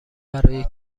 برای